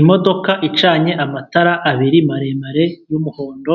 Imodoka icanye amatara abiri maremare y'umuhondo